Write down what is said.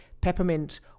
peppermint